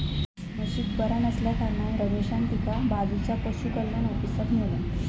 म्हशीक बरा नसल्याकारणान रमेशान तिका बाजूच्या पशुकल्याण ऑफिसात न्हेल्यान